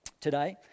today